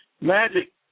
magic